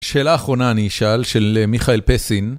שאלה אחרונה אני אשאל, של מיכאל פסין.